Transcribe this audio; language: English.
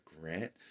grant